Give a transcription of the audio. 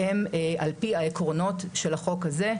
הן על פי עקרונות החוק הזה,